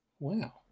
Wow